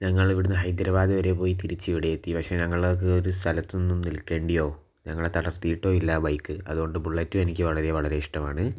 ഞങ്ങളിവിടുന്നു ഹൈദ്രബാദ് വരെ പോയി തിരിച്ചിവിടെ എത്തി പക്ഷെ ഞങ്ങൾക്ക് ഒരു സ്ഥലത്തും നിൽക്കേണ്ടിയോ ഞങ്ങളെ തളർത്തിയിട്ടോ ഇല്ല ആ ബൈക്ക് അതുകൊണ്ടു ബുള്ളറ്റും എനിക്ക് വളരെ വളരെ ഇഷ്ട്ടമാണ്